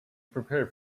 prepared